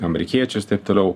amerikiečius taip toliau